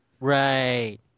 Right